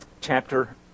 chapter